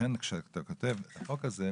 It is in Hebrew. ולכן כשאתה כותב את החוק הזה,